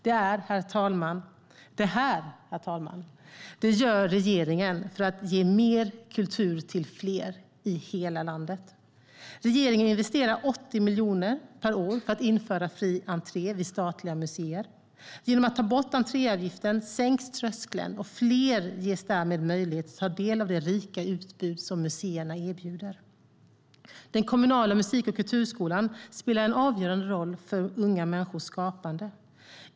Det här, herr talman, gör regeringen för att ge mer kultur till fler i hela landet. Regeringen investerar 80 miljoner per år för att införa fri entré vid statliga museer. Genom att ta bort entréavgiften sänks tröskeln, och fler ges därmed möjlighet att ta del av det rika utbud som museerna erbjuder. Den kommunala musik och kulturskolan spelar en avgörande roll för unga människors skapande.